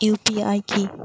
UPI কি?